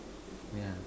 ya